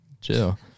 chill